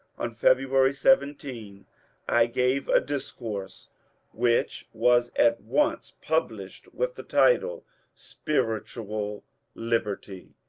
on february seventeen i gave a discourse which was at once pub lished with the title spiritual liberty.